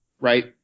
right